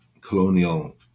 colonial